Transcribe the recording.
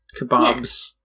kebabs